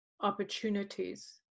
opportunities